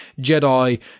Jedi